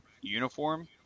uniform